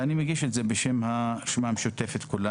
ואני מגיש את זה בשם הרשימה המשותפת כולה,